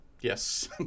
Yes